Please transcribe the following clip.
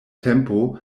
tempo